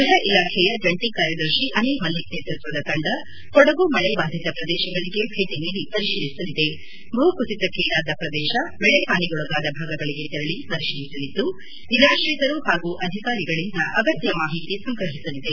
ಗ್ಯಹ ಇಲಾಖೆಯ ಜಂಟ ಕಾರ್ಯದರ್ತಿ ಅನಿಲ್ ಮಲ್ಲಿಕ್ ನೇತೃತ್ವದ ತಂಡ ಕೊಡಗು ಮಳೆಬಾಧಿತ ಪ್ರದೇಶಗಳಗೆ ಭೇಟಿ ನೀಡಿ ಪರಿಶೀಲಿಸಲಿದೆ ಭೂ ಕುಸಿತಕ್ಕೀಡಾದ ಪ್ರದೇಶ ಬೆಳೆಹಾನಿಗೊಳಗಾದ ಭಾಗಗಳಿಗೆ ತೆರಳ ಪರಿಶೀಲಿಸಲಿದ್ದು ನಿರಾತ್ರಿತರು ಹಾಗೂ ಅಧಿಕಾರಿಗಳಿಂದ ಅಗತ್ನ ಮಾಹಿತಿ ಸಂಗ್ರಹಿಸಲಿದೆ